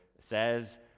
says